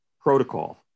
protocol